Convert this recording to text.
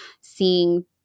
seeing